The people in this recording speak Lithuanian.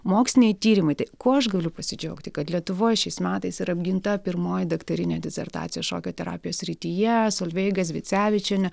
moksliniai tyrimai tai kuo aš galiu pasidžiaugti kad lietuvoj šiais metais yra apginta pirmoji daktarinė disertacija šokio terapijos srityje solveiga zvicevičienė